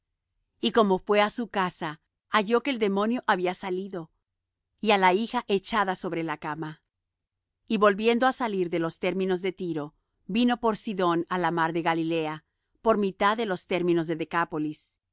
y como fué á su casa halló que el demonio había salido y á la hija echada sobre la cama y volviendo á salir de los términos de tiro vino por sidón á la mar de galilea por mitad de los términos de